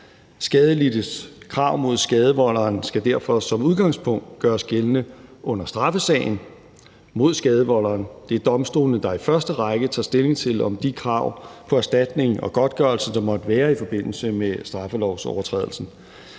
Skadelidtes krav mod skadevolderen skal derfor som udgangspunkt gøres gældende under straffesagen mod skadevolderen. Det er domstolene, der i første række tager stilling til de krav på erstatning og godtgørelse, der måtte være i forbindelse med straffelovsovertrædelsen.